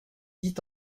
dit